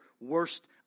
worst